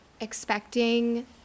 expecting